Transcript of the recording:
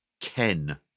Ken